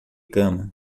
cama